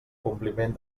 compliment